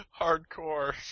Hardcore